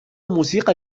موسيقى